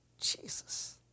Jesus